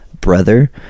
brother